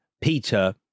Peter